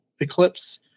eclipse